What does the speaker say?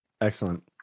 Excellent